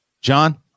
John